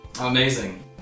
Amazing